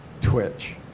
Twitch